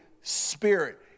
Spirit